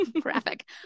Graphic